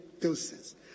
doses